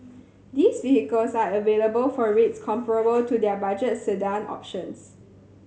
these vehicles are available for rates comparable to their budget sedan options